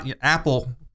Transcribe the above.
Apple